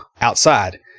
outside